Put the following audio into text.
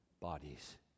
bodies